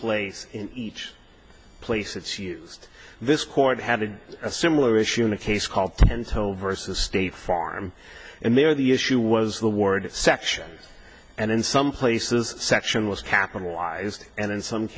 place in each place it's used this court had a similar issue in a case called tense home versus state farm and there the issue was the word section and in some places section was capitalized and in some